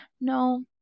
no